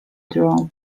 draw